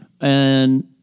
and-